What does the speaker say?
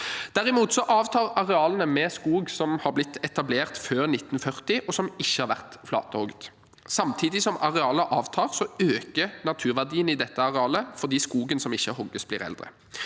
Derimot avtar arealene med skog etablert før 1940 som ikke har vært flatehogd. Samtidig som arealet avtar, øker naturverdiene i dette arealet fordi skogen som ikke hogges, blir eldre.